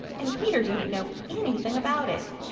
and peter didn't know anything about it.